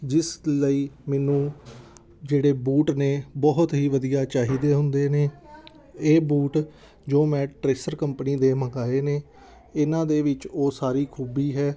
ਜਿਸ ਲਈ ਮੈਨੂੰ ਜਿਹੜੇ ਬੂਟ ਨੇ ਬਹੁਤ ਹੀ ਵਧੀਆ ਚਾਹੀਦੇ ਹੁੰਦੇ ਨੇ ਇਹ ਬੂਟ ਜੋ ਮੈਂ ਟਰੇਸਰ ਕੰਪਨੀ ਦੇ ਮੰਗਵਾਏ ਨੇ ਇਹਨਾਂ ਦੇ ਵਿੱਚ ਉਹ ਸਾਰੀ ਖੂਬੀ ਹੈ